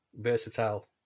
versatile